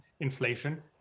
inflation